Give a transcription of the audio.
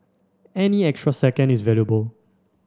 any extra second is valuable